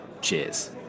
Cheers